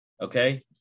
Okay